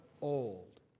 old